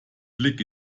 blick